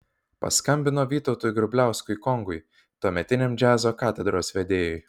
paskambino vytautui grubliauskui kongui tuometiniam džiazo katedros vedėjui